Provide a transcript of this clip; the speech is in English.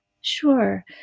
Sure